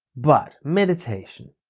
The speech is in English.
but meditation.